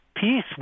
peace